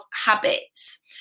habits